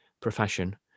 profession